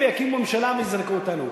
יקימו ממשלה ויזרקו אותנו.